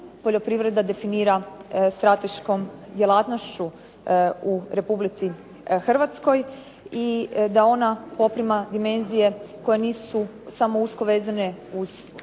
poljoprivreda definira strateškom djelatnošću u Republici Hrvatskoj i da ona poprima dimenzije koje nisu samo usko vezane uz